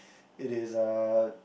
it is uh